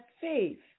faith